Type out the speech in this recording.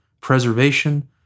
preservation